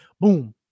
boom